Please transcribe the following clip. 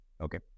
okay